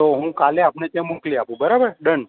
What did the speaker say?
તો હું કાલે આપને ત્યાં મોકલી આપું બરાબર ડન